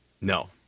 No